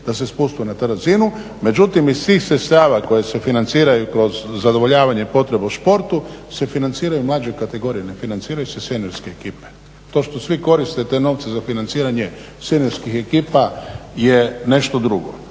da se spuste na tu razinu. Međutim iz tih sredstava koje se financiraju kroz zadovoljavanje potreba u športu se financiraju mlađe kategorije, ne financiraju se seniorske ekipe. To što svi koriste svi te novce za financiranje seniorskih ekipa je nešto drugo.